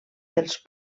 dels